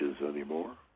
anymore